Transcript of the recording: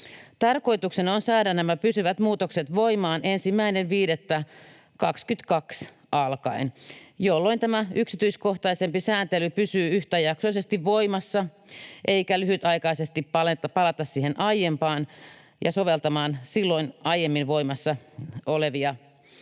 Tarkoituksena on saada nämä pysyvät muutokset voimaan 1.5.22 alkaen, jolloin tämä yksityiskohtaisempi sääntely pysyy yhtäjaksoisesti voimassa eikä lyhytaikaisesti palata siihen aiempaan ja soveltamaan silloin aiemmin voimassa olleita säädöksiä.